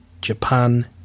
Japan